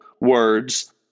words